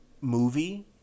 movie